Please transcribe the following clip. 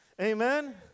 Amen